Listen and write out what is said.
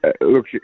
look